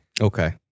Okay